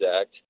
Act